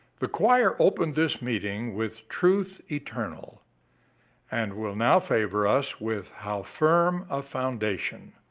the choir opened this meeting with truth eternal and will now favor us with how firm a foundation.